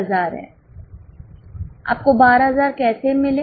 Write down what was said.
आपको 12000 कैसे मिले